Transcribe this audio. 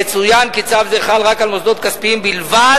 יצוין כי צו זה חל על מוסדות כספיים בלבד,